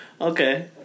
okay